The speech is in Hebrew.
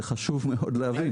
זה חשוב מאוד להבין.